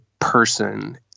person